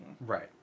Right